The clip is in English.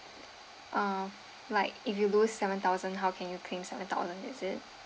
uh like if you lose seven thousand how can you claims seven thousand is it